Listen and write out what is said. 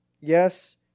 Yes